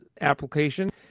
application